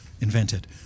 invented